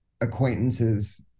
acquaintances